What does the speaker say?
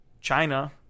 China